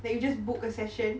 that you just book a session